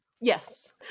Yes